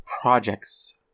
projects